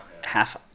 half